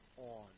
on